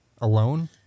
alone